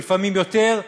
ולפעמים יותר,